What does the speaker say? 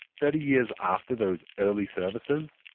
thirty years after those early services,